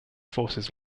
forces